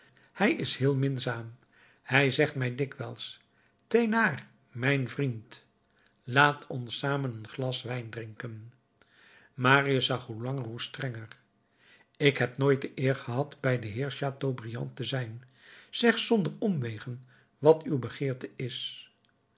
hij is heel minzaam hij zegt mij dikwijls thénard mijn vriend laat ons samen een glas wijn drinken marius zag hoe langer hoe strenger ik heb nooit de eer gehad bij den heer chateaubriand te zijn zeg zonder omwegen wat uw begeerte is